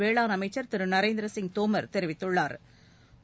வேளாண் அமைச்சா் திரு நரேந்திர சிங் தோமா் தெரிவித்துள்ளாா்